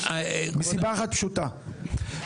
מסיבה אחת פשוטה: